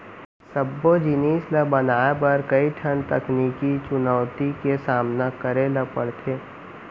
सबो जिनिस ल बनाए बर कइ ठन तकनीकी चुनउती के सामना करे ल परथे